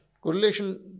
correlation